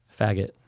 Faggot